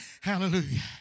Hallelujah